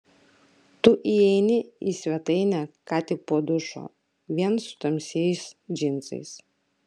tu įeini į svetainę ką tik po dušo vien su tamsiais džinsais